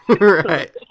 Right